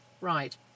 Right